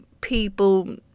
people